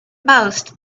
most